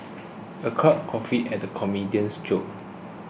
the crowd guffawed at the comedian's jokes